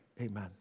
amen